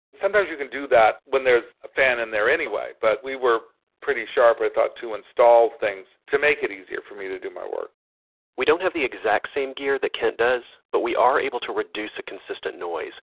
sometimes you can do that when there's a fan in there anyway, but we were pretty sharp and thought to install things to make it easier for me to do my work we don't have the exact same hear that kent does, but we are able to reduce a consistent noise,